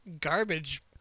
garbage